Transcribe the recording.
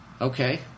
Okay